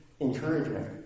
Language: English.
encouragement